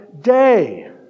day